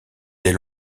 des